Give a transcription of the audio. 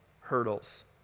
hurdles